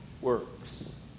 works